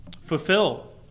fulfill